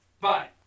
Bye